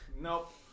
Nope